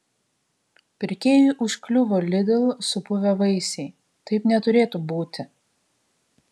pirkėjui užkliuvo lidl supuvę vaisiai taip neturėtų būti